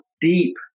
deep